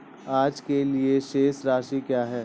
आज के लिए शेष राशि क्या है?